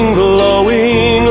blowing